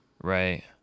Right